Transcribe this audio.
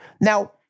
Now